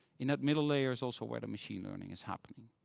and that middle layer is also where the machine learning is happening.